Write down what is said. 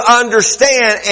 understand